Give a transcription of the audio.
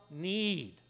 need